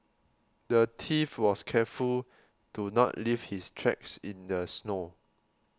the thief was careful to not leave his tracks in the snow